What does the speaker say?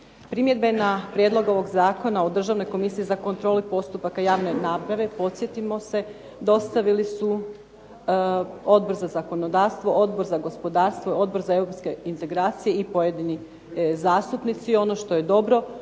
Primjedbe na Prijedlog ovog zakona o Državnoj komisiji za kontrolu postupaka javne nabave podsjetimo se dostavili su Odbor za zakonodavstvo, Odbor za gospodarstvo, Odbor za Europske integracije i pojedini zastupnici. Ono što je dobro